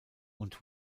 und